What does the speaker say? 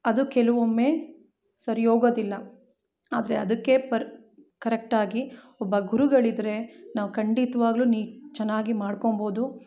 ಅದು ಕೆಲವೊಮ್ಮೆ ಸರಿ ಹೋಗೋದಿಲ್ಲ ಆದರೆ ಅದಕ್ಕೆ ಪರ್ ಕರೆಕ್ಟಾಗಿ ಒಬ್ಬ ಗುರುಗಳಿದ್ರೆ ನಾವು ಖಂಡಿತ್ವಾಗ್ಲೂ ನಿ ಚೆನ್ನಾಗಿ ಮಾಡ್ಕೊಬೋದು